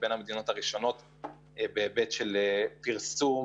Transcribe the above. בין המדינות הראשונות בהיבט של פרסום